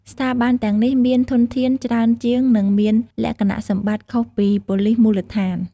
ស្ថាប័នទាំងនេះមាន ធនធាន ច្រើនជាង និងមានលក្ខណៈសម្បត្តិខុសពីប៉ូលិសមូលដ្ឋាន។